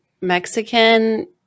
Mexican